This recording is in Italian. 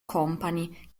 company